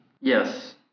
Yes